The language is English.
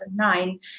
2009